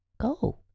Go